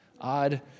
odd